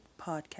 Podcast